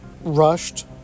Rushed